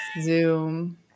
Zoom